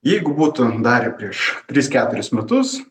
jeigu būtų dar prieš tris keturis metus